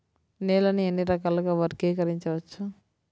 నేలని ఎన్ని రకాలుగా వర్గీకరించవచ్చు?